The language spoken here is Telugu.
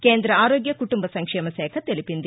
కేంద్ర ఆరోగ్య కుటుంబ సంక్షేమ శాఖ తెలిపింది